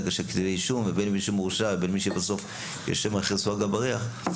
הגשת כתבי האישום לבין מי שמורשע ובסוף יושב מאחורי סורג ובריח,